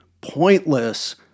pointless